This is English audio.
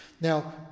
now